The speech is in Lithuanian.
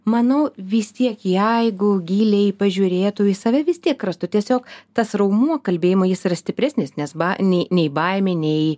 manau vis tiek jeigu giliai pažiūrėtų į save vis tiek rastų tiesiog tas raumuo kalbėjimo jis yra stipresnis nes ba nei nei baimė nei